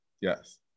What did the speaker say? yes